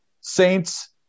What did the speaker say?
Saints